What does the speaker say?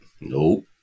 Nope